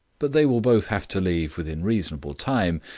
but they will both have to leave within reasonable time,